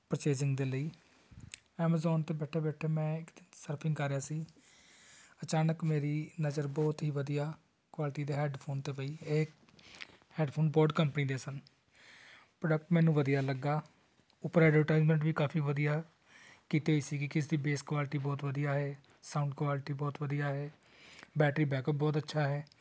purchasing ਦੇ ਲਈ Amazon 'ਤੇ ਬੈਠੇ ਬੈਠੇ ਮੈਂ ਇੱਕ ਦਿਨ ਸਰਫਿੰਗ ਕਰ ਰਿਹਾ ਸੀ ਅਚਾਨਕ ਮੇਰੀ ਨਜ਼ਰ ਬਹੁਤ ਹੀ ਵਧੀਆ ਕੁਆਲਿਟੀ ਦੇ ਹੈਡਫੋਨ 'ਤੇ ਪਈ ਇਹ ਹੈਡਫੋਨ ਬੋਟ ਕੰਪਨੀ ਦੇ ਸਨ ਪ੍ਰੋਡਕਟ ਮੈਨੂੰ ਵਧੀਆ ਲੱਗਾ ਉੱਪਰ ਐਡਵਰਟਾਈਜਮੈਂਟ ਵੀ ਕਾਫੀ ਵਧੀਆ ਕੀਤੀ ਹੋਈ ਸੀਗੀ ਕਿ ਇਸਦੀ ਬੇਸ ਕੁਆਲਿਟੀ ਬਹੁਤ ਵਧੀਆ ਹੈ ਸਾਊਂਡ ਕੁਆਲਿਟੀ ਬਹੁਤ ਵਧੀਆ ਹੈ ਬੈਟਰੀ ਬੈਕਅਪ ਬਹੁਤ ਅੱਛਾ ਹੈ